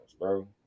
bro